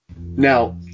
Now